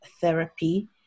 therapy